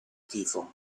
tifo